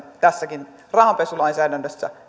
tässäkin rahanpesulainsäädännössä